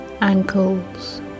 ankles